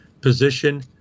position